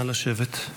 נא לשבת.